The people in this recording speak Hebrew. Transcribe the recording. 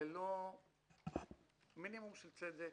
ללא מינימום של צדק,